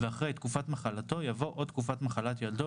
ואחרי "תקופת מחלתו" יבוא "או תקופת מחלת ילדו,